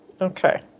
okay